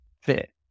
fit